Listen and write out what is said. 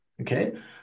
okay